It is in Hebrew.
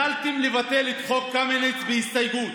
יכולתם לבטל את חוק קמיניץ בהסתייגות.